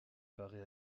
paraît